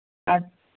अच्छा